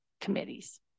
committees